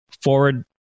forward